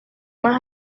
más